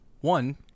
one